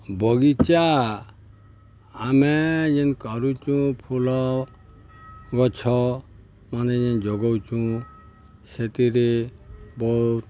ବଗିଚା ଆମେ ଯେନ୍ କରୁଚୁଁ ଫୁଲ ଗଛ ମାନେ ଯେନ୍ ଯୋଗଉଚୁଁ ସେଥିରେ ବହୁତ୍